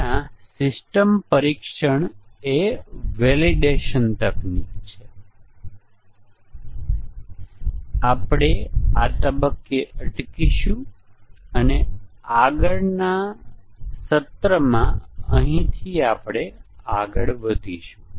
ત્યાં વધુ integration testing ટેકનીકો છે જે આપણે આગામી સત્રમાં જોઈશું